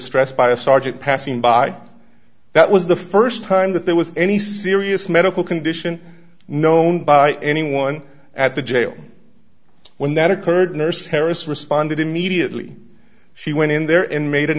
stressed by a sergeant passing by that was the st time that there was any serious medical condition known by anyone at the jail when that occurred nurse harris responded immediately she went in there in made an